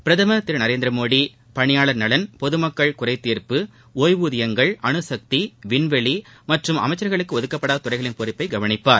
பிரதம் திரு நரேந்திரமோடி பணியாளர்நலன் பொதுமக்கள் குறைதீர்ப்பு ஒய்வூதியங்கள் அனுசக்தி விண்வெளி மற்றும் அமைச்சா்களுக்கு ஒதுக்கப்படாத துறைகளின் பொறுப்பை கவனிப்பார்